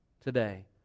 Today